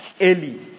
early